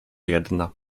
jedna